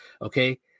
okay